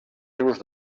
rius